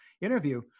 interview